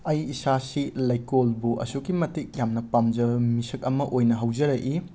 ꯑꯩ ꯏꯁꯥꯁꯤ ꯂꯩꯀꯣꯜꯕꯨ ꯑꯁꯨꯛꯀꯤ ꯃꯇꯤꯛ ꯌꯥꯝꯅ ꯄꯥꯝꯖꯕ ꯃꯤꯁꯛ ꯑꯃ ꯑꯣꯏꯅ ꯍꯧꯖꯔꯛꯏ